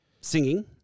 singing